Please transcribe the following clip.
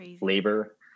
labor